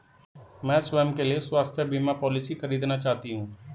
मैं स्वयं के लिए स्वास्थ्य बीमा पॉलिसी खरीदना चाहती हूं